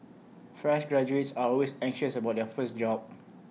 fresh graduates are always anxious about their first job